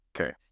Okay